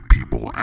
People